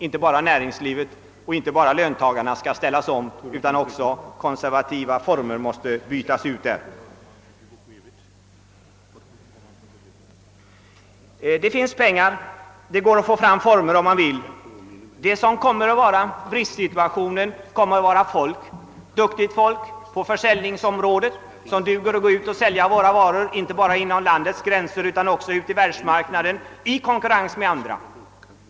Inte bara näringslivet och löntagarna skall omställas, utan man måste även byta ut konservativa arbetsformer inom regeringen. Det finns alltså pengar, och det går att skapa nya arbetsformer. Bristsituationen kommer att gälla arbetskraften. Det kommer att behövas duktigt folk på olika försäljningsområden och som har förmåga att sälja våra varor inte bara inom landets gränser utan även på världsmarknaden i konkurrens med andra.